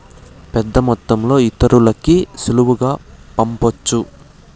పెద్దమొత్తంలో ఇతరులకి సులువుగా పంపొచ్చు